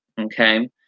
Okay